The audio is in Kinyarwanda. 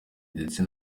ndetse